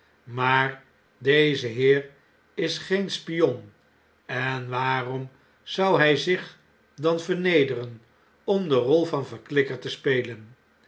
maar deze heer is geen spion en waarom zou hy zich dan vernederen om de rol van verklikker te spelen